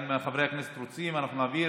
אם חברי הכנסת רוצים אנחנו נעביר,